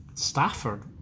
Stafford